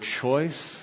choice